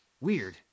Weird